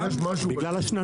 יש משהו ב --- בגלל חומר